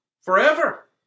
forever